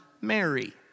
Mary